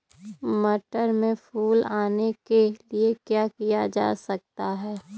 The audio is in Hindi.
मटर में फूल आने के लिए क्या किया जा सकता है?